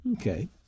Okay